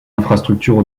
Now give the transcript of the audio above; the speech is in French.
infrastructures